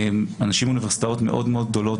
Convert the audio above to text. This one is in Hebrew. אנשים מאוניברסיטאות מאוד מאוד גדולות